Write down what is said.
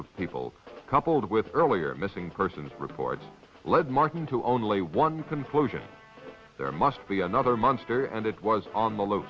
of people coupled with earlier missing persons reports led martin to only one conclusion there must be another monster and it was on the lo